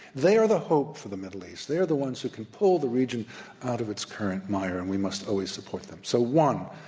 they are the hope for the middle east. they are the ones who can pull the region out of its current mire, and we must always support them. so one,